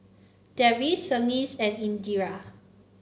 Devi Verghese and Indira